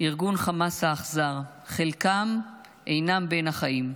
ארגון חמאס האכזר, חלקם אינם בין החיים.